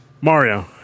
Mario